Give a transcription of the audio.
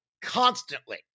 constantly